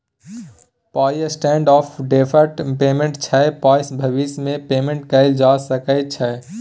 पाइ standard of deferred payment छै पाइसँ भबिस मे पेमेंट कएल जा सकै छै